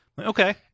Okay